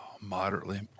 moderately